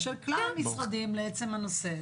שכלל המשרדים לעצם בנושא,